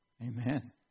Amen